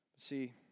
See